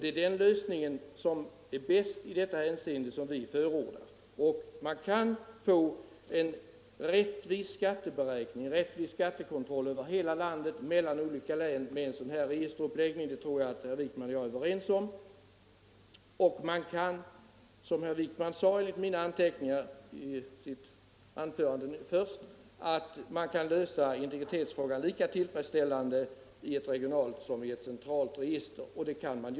Det är den lösning som är bäst i detta hänseende som vi förordar. Man kan få en rättvis skatteberäkning, en rättvis skattekontroll över hela landet mellan olika län med en sådan här registeruppläggning. Det tror jag att herr Wijkman och jag är överens om. Man kan, som herr Wijkman sade i sitt första anförande enligt mina anteckningar, lösa integritetsfrågan lika tillfredsställande i ett regionalt register som i ett centralt.